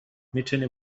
میتونی